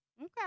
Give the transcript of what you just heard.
Okay